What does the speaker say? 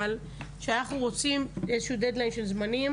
אבל שאנחנו רוצים דד ליין של זמנים